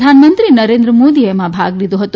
પ્રધાનમંત્રી નરેન્દ્ર મોદીએ આમાં ભાગ લીધો હતો